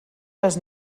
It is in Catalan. les